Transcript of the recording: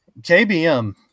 KBM